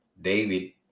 David